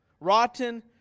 Rotten